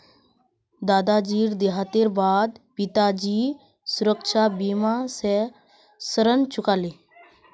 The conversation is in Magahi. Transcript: दादाजीर देहांतेर बा द पिताजी सुरक्षा बीमा स ऋण चुका ले